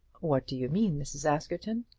what do you mean, mrs. askerton?